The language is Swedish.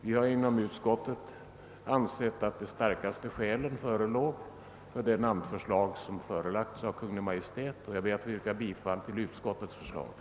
Vi har inom utskottet ansett att de starkaste skälen talar för det namnförslag som framlagts av Kungl. Maj:t. Jag ber att få yrka bifall till utskottets hemställan.